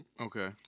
okay